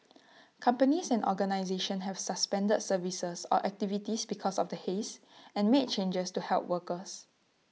companies and organisations have suspended services or activities because of the haze and made changes to help workers